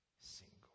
single